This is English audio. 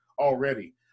already